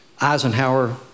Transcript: Eisenhower